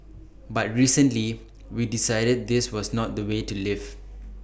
but recently we decided this was not the way to live